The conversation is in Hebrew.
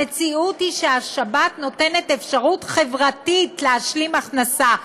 המציאות היא שהשבת נותנת אפשרות חברתית להשלים הכנסה.